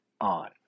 on